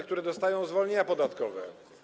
które dostają zwolnienia podatkowe.